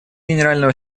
генерального